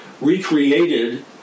recreated